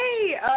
Hey